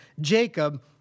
Jacob